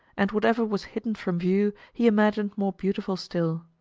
and whatever was hidden from view he imagined more beautiful still.